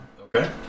Okay